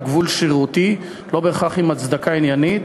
הוא גבול שלא בהכרח יש לו הצדקה עניינית,